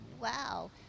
Wow